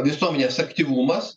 visuomenės aktyvumas